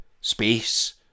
space